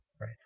Right